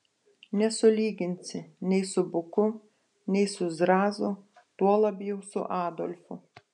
nesulyginsi nei su buku nei su zrazu tuo labiau su adolfu